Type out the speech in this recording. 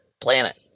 planet